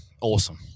Awesome